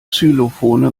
xylophone